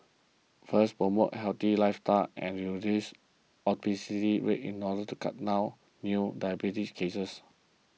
first promote a healthy lifestyle and reduce obesity rates in order to cut down on new diabetes cases